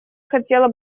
хотела